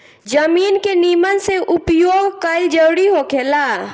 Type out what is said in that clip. जमीन के निमन से उपयोग कईल जरूरी होखेला